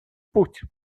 путь